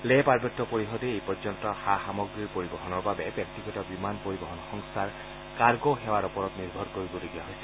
লেহ পাৰ্বত্য পৰিষদে এইপৰ্যন্ত সা সামগ্ৰীৰ পৰিবহণৰ বাবে ব্যক্তিগত বিমান পৰিবহণ সংস্থাৰ কাৰ্গো সেৱাৰ ওপৰতে নিৰ্ভৰ কৰিবলগীয়া হৈছিল